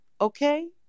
okay